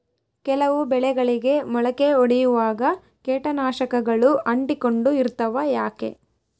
ಕೆಲವು ಬೆಳೆಗಳಿಗೆ ಮೊಳಕೆ ಒಡಿಯುವಾಗ ಕೇಟನಾಶಕಗಳು ಅಂಟಿಕೊಂಡು ಇರ್ತವ ಯಾಕೆ?